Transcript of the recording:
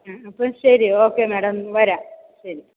അ അപ്പോൾ ശരി okay madam വരം ശരി